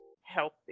healthy